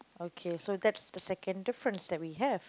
okay so that's the second difference that we have